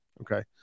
Okay